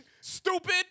Stupid